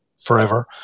forever